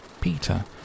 Peter